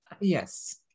Yes